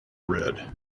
red